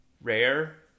Rare